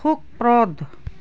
সুখপ্রদ